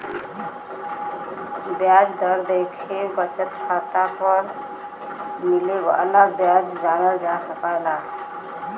ब्याज दर देखके बचत खाता पर मिले वाला ब्याज जानल जा सकल जाला